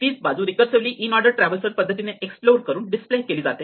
तीच बाजू recursively in order traversal पद्धतीने एक्सप्लोर करून डिस्प्ले केली जाते